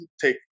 take